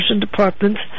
departments